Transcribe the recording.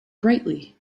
brightly